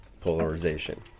polarization